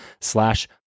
slash